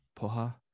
Poha